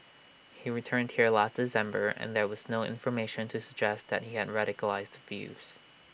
he returned here last December and there was no information to suggest that he had radicalised views